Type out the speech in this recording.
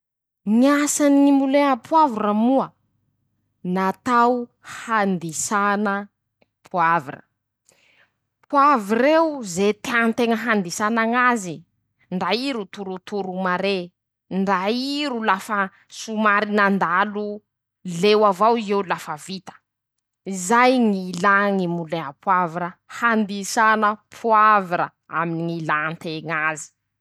Ñy asany ñy molé a poavra moa: -Natao handisana poavra. poavr'eo ze tean-teña handisana ñ'azy. ndra i ro torotoro mare. ndra i ro lafa somary nandalo leo avao i eo lafa vita. izay ñy ilà ñy moulin a poavra. handisàna poavra aminy ñy ilan-teña azy.